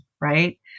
right